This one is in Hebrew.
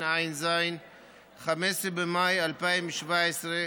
סליחה, כבוד השר,